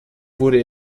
wurde